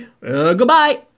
Goodbye